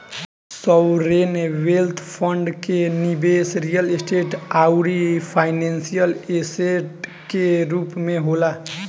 sovereign wealth fund के निबेस real estate आउरी फाइनेंशियल ऐसेट के रूप में होला